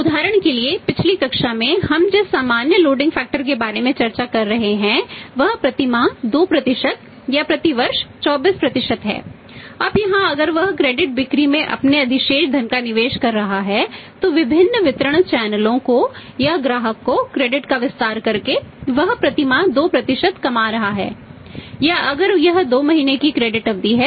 उदाहरण के लिए पिछली कक्षा में हम जिस सामान्य लोडिंग फैक्टर है